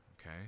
okay